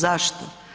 Zašto?